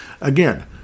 Again